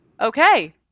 okay